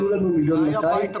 אתם תיתנו לנו מיליון ו-200 אלף.